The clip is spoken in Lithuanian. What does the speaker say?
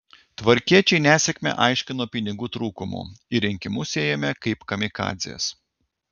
tvarkiečiai nesėkmę aiškino pinigų trūkumu į rinkimus ėjome kaip kamikadzės